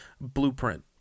blueprint